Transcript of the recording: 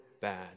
bad